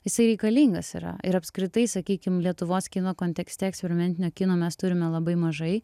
jisai reikalingas yra ir apskritai sakykim lietuvos kino kontekste eksperimentinio kino mes turime labai mažai